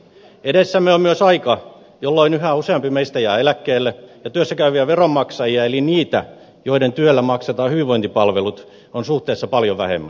edessämme on myös aika jolloin yhä useampi meistä jää eläkkeelle ja työssä käyviä veronmaksajia eli niitä joiden työllä maksetaan hyvinvointipalvelut on suhteessa paljon vähemmän